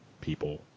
people